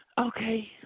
Okay